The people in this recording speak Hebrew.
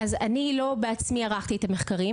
אני לא ערכתי את המחקרים בעצמי,